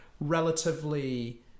relatively